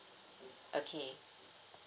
okay